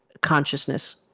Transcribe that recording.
consciousness